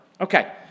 Okay